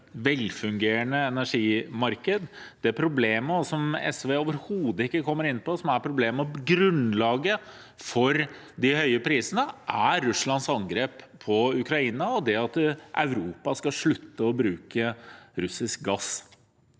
velfungerende energimarked. Det som er problemet – som SV overhodet ikke kommer inn på – og grunnlaget for de høye prisene, er Russlands angrep på Ukraina, og det at Europa skal slutte å bruke russisk gass.